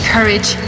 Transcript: Courage